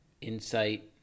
insight